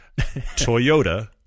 toyota